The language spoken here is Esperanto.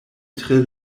tre